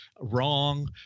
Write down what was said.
wrong